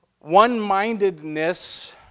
one-mindedness